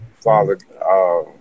Father